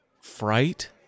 fright